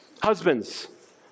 husbands